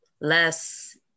less